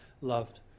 loved